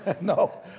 no